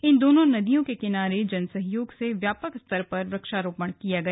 इन दोनों नदियों के किनारे जन सहयोग से व्यापक स्तर पर वृक्षारोपण किया गया